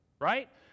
right